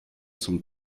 zum